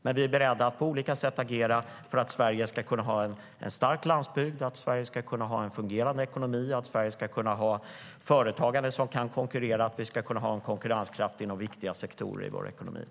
Men vi är beredda att på olika sätt agera för att Sverige ska kunna ha en stark landsbygd, att Sverige ska kunna ha en fungerande ekonomi, att Sverige ska kunna ha företagande som kan konkurrera och att vi ska kunna ha en konkurrenskraft inom viktiga sektorer i vår ekonomi.